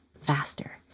faster